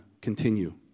continue